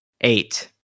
Eight